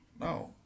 No